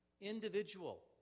individual